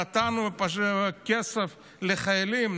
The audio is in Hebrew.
נתנו כסף לחיילים,